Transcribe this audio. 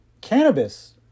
Cannabis